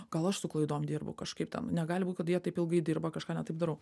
gal aš su klaidom dirbu kažkaip ten negali būti kad jie taip ilgai dirba kažką ne taip darau